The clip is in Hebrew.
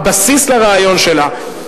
הבסיס לרעיון שלה,